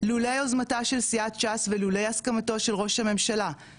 לולא יוזמתה של סיעת ש"ס ולולא הסכמתו של ראש הממשלה,